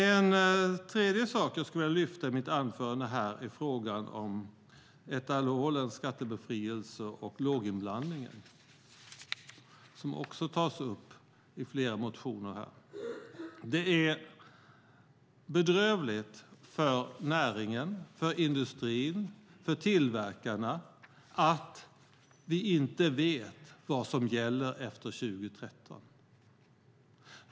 En tredje sak jag skulle vilja lyfta fram i mitt anförande är frågan om etanolens skattebefrielse och låginblandningen som också tas upp i flera motioner. Det är bedrövligt för näringen, för industrin och för tillverkarna att vi inte vet vad som gäller efter 2013.